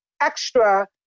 extra